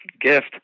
gift